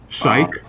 Psych